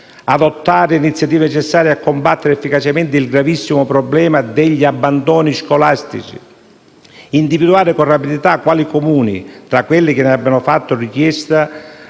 adottare iniziative necessarie a combattere efficacemente il gravissimo problema degli abbandoni scolastici; individuare con rapidità quali Comuni, fra quelli che ne abbiano fatto richiesta,